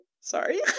Sorry